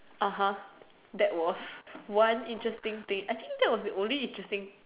(uh huh) that was one interesting thing I think that was the only interesting